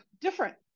different